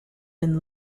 and